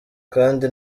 kandi